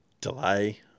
delay